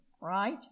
right